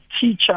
teacher